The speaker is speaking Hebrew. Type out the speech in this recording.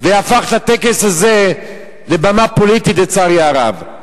והפך את הטקס הזה לבמה פוליטית, לצערי הרב.